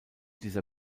dieser